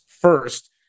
first